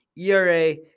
ERA